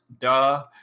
Duh